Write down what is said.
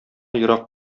ерак